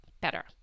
better